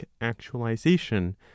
actualization